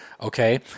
Okay